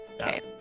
okay